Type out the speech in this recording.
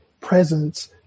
presence